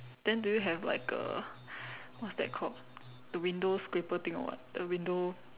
then do you have like a what's that called the window scraper thing or what the window